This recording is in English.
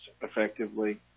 effectively